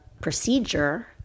procedure